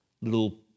little